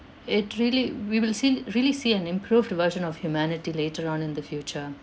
it really we will see really see an improved version of humanity later on in the future